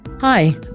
Hi